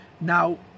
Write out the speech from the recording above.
Now